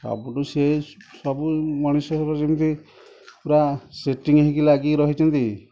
ସବୁଠୁ ସିଏ ସବୁ ମଣିଷର ଯେମିତି ପୂରା ସେଟିଙ୍ଗ୍ ହେଇକି ଲାଗିକି ରହିଛନ୍ତି